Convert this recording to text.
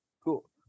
Cool